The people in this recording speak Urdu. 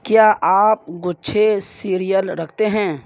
کیا آپ گچھے سیریئل رکھتے ہیں